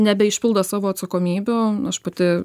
nebeišpildo savo atsakomybių aš pati